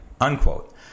Unquote